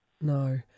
No